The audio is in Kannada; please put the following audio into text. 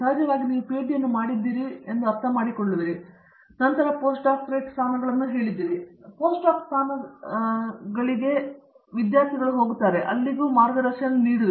ಸಹಜವಾಗಿ ನೀವು ಪಿಹೆಚ್ಡಿಯನ್ನು ಮಾಡಿದ್ದೀರಿ ಎಂದು ಅರ್ಥ ಮಾಡಿಕೊಳ್ಳಿ ಮತ್ತು ನಂತರ ನೀವು ಹಲವಾರು ಪೋಸ್ಟಡಾಕ್ ಸ್ಥಾನಗಳನ್ನು ಮಾಡಿದ್ದೀರಿ ಮತ್ತು ನಂತರ ಹಲವಾರು ಪೋಸ್ಟಡಾಕ್ ಸ್ಥಾನಗಳಿಗೆ ಸಹಾಯ ಮಾಡುತ್ತಾರೆ ಮತ್ತು ಈ ಸಮಯದಲ್ಲಿ ಅನೇಕ ವಿದ್ಯಾರ್ಥಿಗಳಿಗೆ ಮಾರ್ಗದರ್ಶನ ನೀಡಿದ್ದೀರಿ